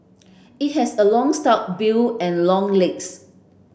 it has a long stout bill and long legs